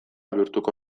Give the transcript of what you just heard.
bihurtuko